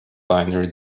binary